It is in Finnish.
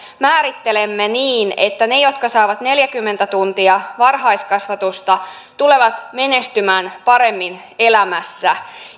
määrittelemme niin että ne jotka saavat neljäkymmentä tuntia varhaiskasvatusta tulevat menestymään paremmin elämässään